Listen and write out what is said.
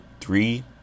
three